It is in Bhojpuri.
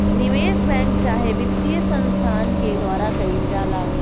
निवेश बैंक चाहे वित्तीय संस्थान के द्वारा कईल जाला